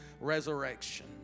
resurrection